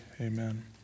amen